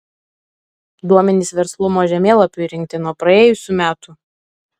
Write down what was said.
duomenys verslumo žemėlapiui rinkti nuo praėjusių metų